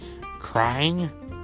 crying